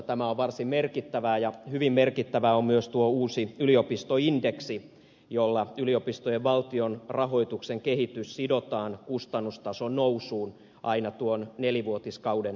tämä on varsin merkittävää ja hyvin merkittävä on myös tuo uusi yliopistoindeksi jolla yliopistojen valtionrahoituksen kehitys sidotaan kustannustason nousuun aina tuon nelivuotiskauden mukaisesti